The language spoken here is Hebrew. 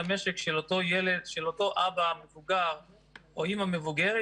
המשק של אותו אבא מבוגר או אימא מבוגרת,